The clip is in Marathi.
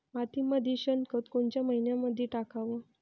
मातीमंदी शेणखत कोनच्या मइन्यामंधी टाकाव?